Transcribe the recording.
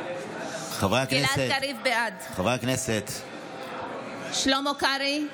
בעד שלמה קרעי,